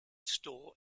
store